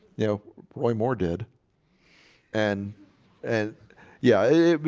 you know roy moore did and and yeah,